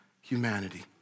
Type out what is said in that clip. humanity